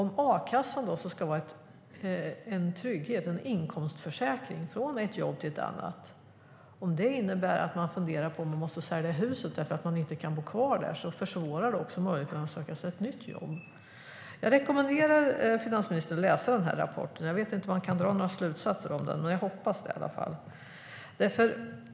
A-kassan ska vara en trygghet, en inkomstförsäkring från ett jobb till ett annat, men om det innebär att man funderar på om man måste sälja huset för att man inte kan bo kvar försvårar det möjligheterna att söka ett nytt jobb. Jag rekommenderar finansministern att läsa den här rapporten. Jag vet inte om han kan dra några slutsatser av den, men jag hoppas det i alla fall.